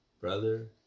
brother